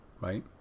Right